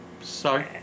Sorry